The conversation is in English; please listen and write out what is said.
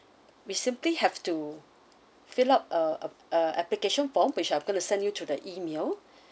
we simply have to fill up uh a a application form which I'm going to send you to the email